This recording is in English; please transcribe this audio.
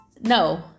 no